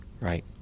right